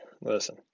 listen